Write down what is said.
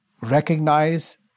recognize